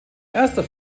erster